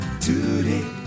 Today